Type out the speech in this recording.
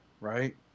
right